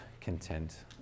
content